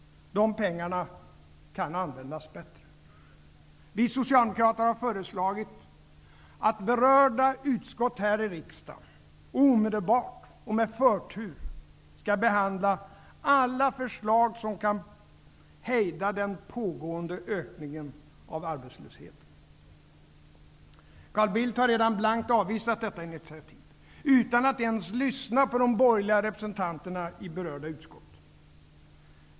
De pengarna kan användas bättre! Vi socialdemokrater har föreslagit att berörda utskott här i riksdagen, omedelbart och med förtur, skall behandla alla förslag som kan hejda den pågående ökningen av arbetslösheten. Carl Bildt har redan blankt avvisat detta initiativ, utan att ens lyssna på de borgerliga representanterna i berörda utskott.